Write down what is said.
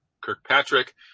Kirkpatrick